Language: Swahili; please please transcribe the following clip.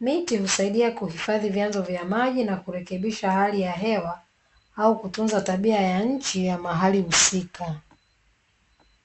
miti husaidia kuhifadhi vyanzo vya maji na kurekebisha hali ya hewa au kutunza tabia ya nchi ya mahali husika .